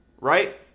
right